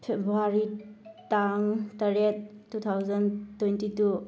February ꯇꯥꯡ ꯇꯔꯦꯠ two thousand twenty two